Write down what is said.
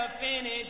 finish